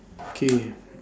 K